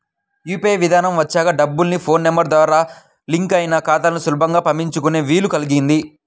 UPI విధానం వచ్చాక డబ్బుల్ని ఫోన్ నెంబర్ ద్వారా లింక్ అయిన ఖాతాలకు సులభంగా పంపించుకునే వీలు కల్గింది